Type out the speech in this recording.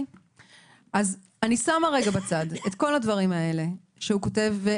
אני שמה רגע בצד את כל הדברים האלה שהוא כותב,